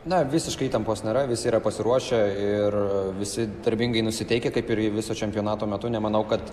na visiškai įtampos nėra visi yra pasiruošę ir visi darbingai nusiteikę kaip ir viso čempionato metu nemanau kad